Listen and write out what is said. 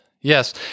Yes